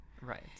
right